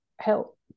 help